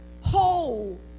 whole